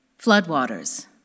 Floodwaters